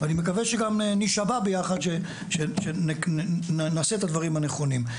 ואני מקווה שגם נשבע ביחד שנעשה את הדברים הנכונים.